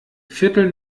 viertel